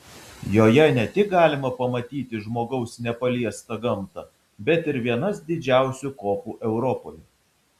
joje ne tik galima pamatyti žmogaus nepaliestą gamtą bet ir vienas didžiausių kopų europoje